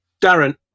Darren